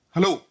Hello